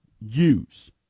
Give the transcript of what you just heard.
use